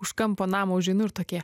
už kampo namo užeinu ir tokie